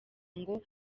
ngo